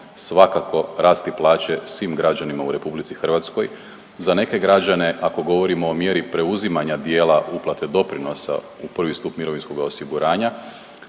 svakako rasti plaće svim građanima u RH. Za neke građane ako govorimo o mjeri preuzimanja dijela uplate doprinosa u prvi stup mirovinskoga osiguranja